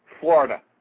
Florida